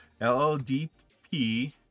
LLDP